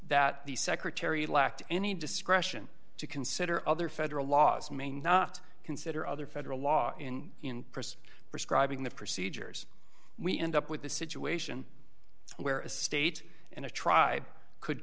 that the secretary lacked any discretion to consider other federal laws may not consider other federal law in in person prescribing the procedures we end up with a situation where a state and a tribe could